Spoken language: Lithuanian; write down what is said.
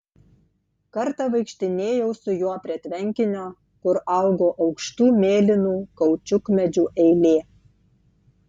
kartą vaikštinėjau su juo prie tvenkinio kur augo aukštų mėlynų kaučiukmedžių eilė